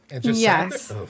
Yes